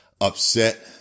upset